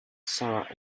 sarah